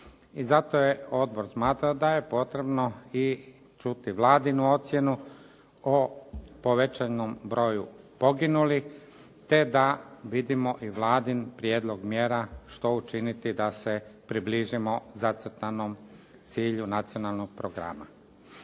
I zato je odbor smatrao da je potrebno i čuti Vladinu ocjenu o povećanom broju poginulih te da vidimo i Vladin prijedlog mjera što učiniti da se približimo zacrtanom cilju nacionalnog programa.